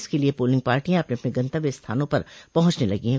इसके लिए पोलिंग पार्टियां अपने अपने गंतव्य स्थानों पर पहुंचने लगी हैं